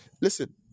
Listen